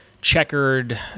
checkered